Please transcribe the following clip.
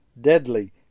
deadly